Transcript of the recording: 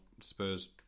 Spurs